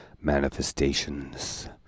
Manifestations